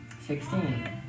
Sixteen